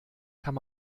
kann